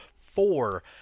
four